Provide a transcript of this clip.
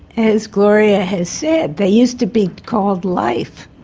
as gloria has said, they used to be called life.